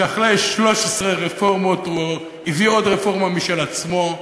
שאחרי 13 רפורמות הוא הביא עוד רפורמה משל עצמו.